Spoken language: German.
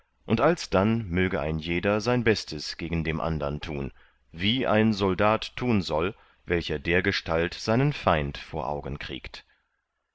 und alsdann möge ein jeder sein bestes gegen dem andern tun wie ein soldat tun soll welcher dergestalt seinen feind vor augen kriegt